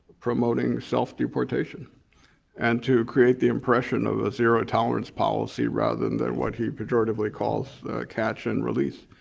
promoting self-deportation and to create the impression of a zero tolerance policy rather than than what he pejoratively calls catch and release.